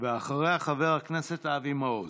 ואחריה חבר הכנסת אבי מעוז.